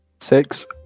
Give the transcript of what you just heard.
six